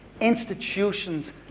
Institutions